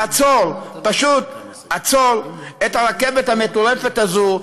לעצור: פשוט עצור את הרכבת המטורפת הזאת,